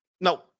no